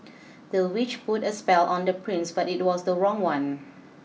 the witch put a spell on the prince but it was the wrong one